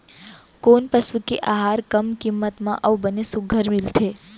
कोन पसु के आहार कम किम्मत म अऊ बने सुघ्घर मिलथे?